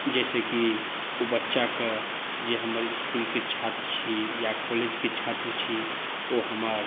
जाहिसॅं की ओ बच्चाके जे हमर इसकुलके छात्र छी या कॉलेजक छात्र छी ओ हमर